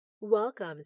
Welcome